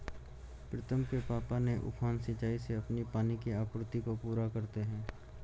प्रीतम के पापा ने उफान सिंचाई से अपनी पानी की आपूर्ति को पूरा करते हैं